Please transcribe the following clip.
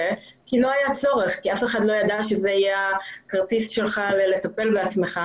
הנכה כי לא היה צורך ואף אחד לא ידע שזה יהיה הכרטיס שלך לטפל בעצמך.